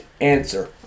Answer